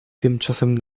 tymczasem